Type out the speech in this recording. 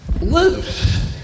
Loose